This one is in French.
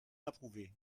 approuvait